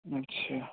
আচ্ছা